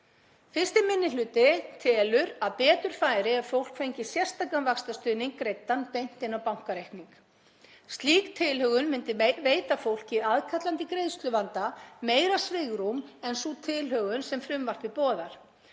Fyrsti minni hluti telur að betur færi ef fólk fengi sérstakan vaxtastuðning greiddan beint inn á bankareikning. Slík tilhögun myndi veita fólki í aðkallandi greiðsluvanda meira svigrúm en sú tilhögun sem frumvarpið boðar.